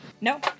No